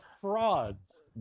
frauds